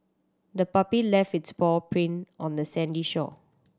the puppy left its paw print on the sandy shore